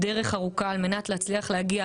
או התעללות בקטין),